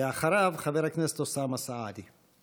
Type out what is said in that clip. ואחריו, חבר הכנסת אוסאמה סעדי.